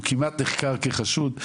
הוא כמעט נחקר כחשוד.